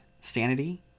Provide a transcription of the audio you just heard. Sanity